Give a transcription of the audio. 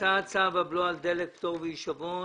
ובהצעת צו הבלו על דלק (פטור והישבון)